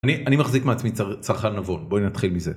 אני מחזיק מעצמי צרכן נבון. בואי נתחיל מזה.